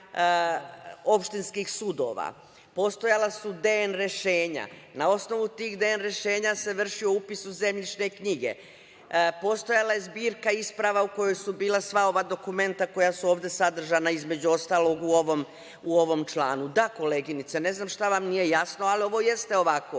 opštinskih sudova. Postojala su „dn“ rešenja. Na osnovu tih rešenja se vršio upis u zemljišne knjige. Postojala je zbirka isprava u kojoj su bila sva ova dokumenta koja su ovde sadržana, između ostalog u ovom članu. Da koleginice, ne znam šta vam nije jasno, ali ovo jeste ovako. Dakle,